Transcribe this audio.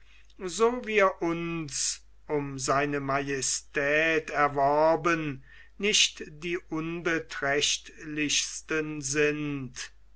so wir uns um se majestät erworben nicht die unbeträchtlichsten sind